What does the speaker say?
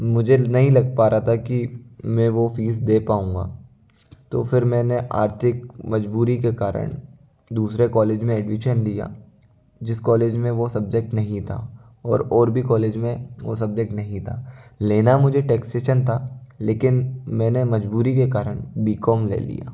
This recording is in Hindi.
मुझे नहीं लग पा रहा था कि मैं वो फीस पाऊंगा तो फिर मैंने आर्थिक मजबूरी के कारण दूसरे कॉलेज में एडमिशन लिया जिस कॉलेज में वो सब्जेक्ट नहीं था और और भी कॉलेज में वो सब्जेक्ट नहीं था लेना मुझे टैक्सेशन था लेकिन मैंने मजबूरी के कारण बीकॉम ले लिया